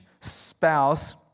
spouse